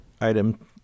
item